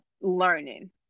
learning